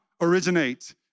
originate